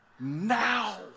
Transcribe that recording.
Now